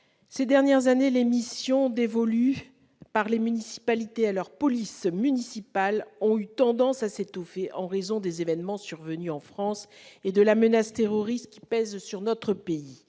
des dernières années, les missions dévolues par les municipalités à leur police municipale ont eu tendance à s'étoffer, en raison des événements survenus en France et de la menace terroriste qui pèse sur notre pays.